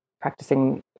practicing